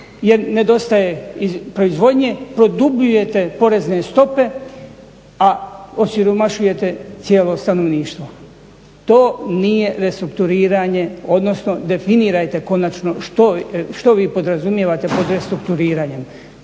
jer nedostaje proizvodnje. Produbljujete porezne stope, a osiromašujete cijelo stanovništvo. To nije restrukturiranje, odnosno definirajte konačno što vi podrazumijevate pod restrukturiranjem.